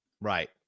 right